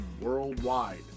worldwide